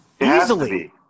Easily